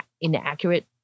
inaccurate